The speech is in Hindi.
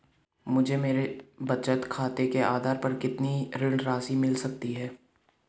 मुझे मेरे बचत खाते के आधार पर कितनी ऋण राशि मिल सकती है?